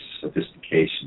sophistication